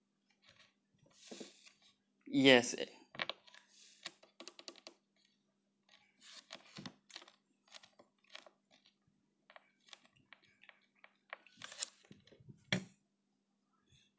yes